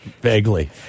Vaguely